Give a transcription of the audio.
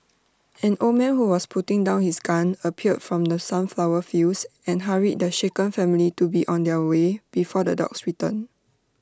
an old man who was putting down his gun appeared from the sunflower fields and hurried the shaken family to be on their way before the dogs return